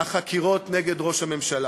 החקירות נגד ראש הממשלה.